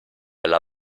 alla